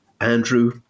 Andrew